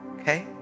Okay